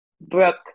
Brooke